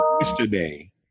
yesterday